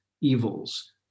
evils